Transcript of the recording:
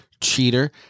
cheater